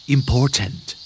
Important